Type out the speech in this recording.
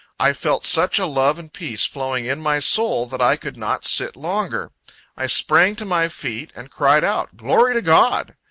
i felt such a love and peace flowing in my soul, that i could not sit longer i sprang to my feet, and cried out, glory to god!